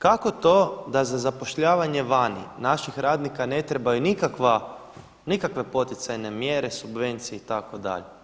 Kako to da za zapošljavanje vani naših radnika ne treba nikakve poticajne mjere, subvencije itd.